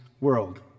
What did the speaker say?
world